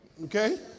Okay